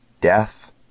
death